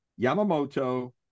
Yamamoto